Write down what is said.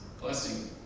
blessing